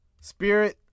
Spirit